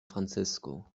francisco